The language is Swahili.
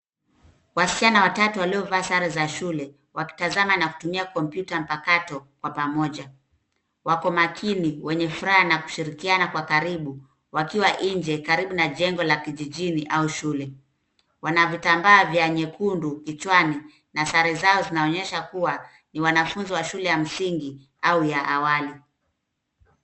Wasichana watatu waliovaa sare za shule wakitazama na kutumia kompyuta ya mpakato kwa pamoja. Wako makini wenye furaha na kushirikiana kwa karibu wakiwa nje karibu na jengo la kijijini au shule. Wana vitambaa vya nyekundu kichwani na sare zao zinaonyesha kuwa ni wanafunzi wa shule ya msingi au ya awali.